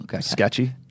Sketchy